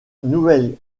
nouvelle